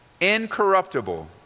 incorruptible